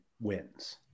wins